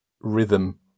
rhythm